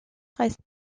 reste